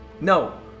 No